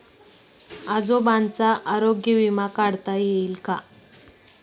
आजोबांचा आरोग्य विमा काढता येईल का?